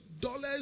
dollars